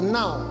now